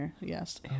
Yes